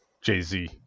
Jay-Z